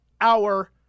hour